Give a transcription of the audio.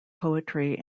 poetry